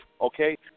Okay